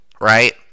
right